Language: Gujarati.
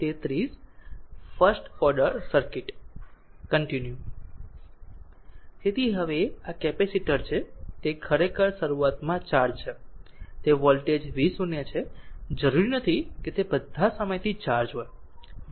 તેથી હવે આ કેપેસિટર છે તે ખરેખર શરૂઆતમાં ચાર્જ છે તે વોલ્ટેજ v0 છે જરૂરી નથી કે તે બધા સમયથી ચાર્જ હોય v0 પણ 0 હોઈ શકે છે